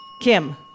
Kim